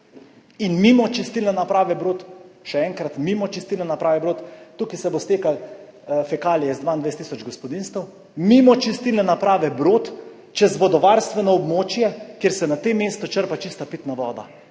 in mimo čistilne naprave Brod, še enkrat, mimo čistilne naprave Brod, tukaj se bodo stekale fekalije iz 22 tisoč gospodinjstev, mimo čistilne naprave Brod, čez vodovarstveno območje, kjer se na tem mestu črpa čista pitna voda,